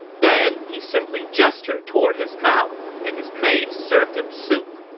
then, he simply gestured toward his mouth, and his maids served him soup.